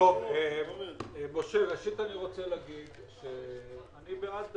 אנחנו עכשיו